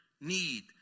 need